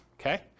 Okay